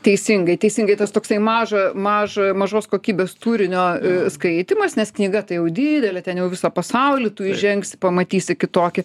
teisingai teisingai tas toksai maža maža mažos kokybės turinio skaitymas nes knyga tai jau didelė ten jau visą pasaulį tu įžengsi pamatysi kitokį